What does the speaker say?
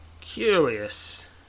Curious